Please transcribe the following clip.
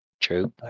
True